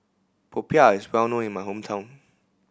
popiah is well known in my hometown